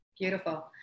Beautiful